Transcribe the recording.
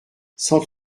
cent